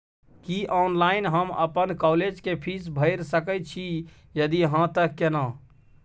की online हम अपन college के फीस भैर सके छि यदि हाँ त केना?